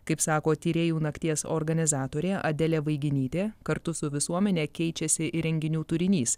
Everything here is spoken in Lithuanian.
kaip sako tyrėjų nakties organizatorė adelė vaiginytė kartu su visuomene keičiasi ir renginių turinys